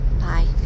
Bye